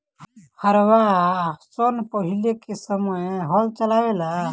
हरवाह सन पहिले के समय हल चलावें